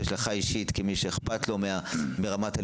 אליך אישית כמי שאכפת לו מהלימודים.